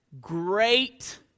great